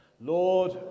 Lord